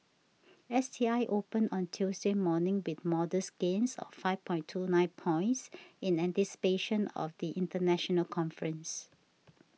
S T I opened on Tuesday morning with modest gains of five point two nine points in anticipation of the international conference